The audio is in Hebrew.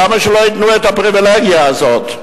למה שלא ייתנו את הפריווילגיה הזאת?